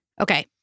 Okay